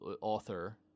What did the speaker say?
author